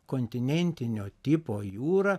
kontinentinio tipo jūra